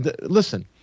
listen